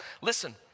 Listen